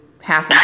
half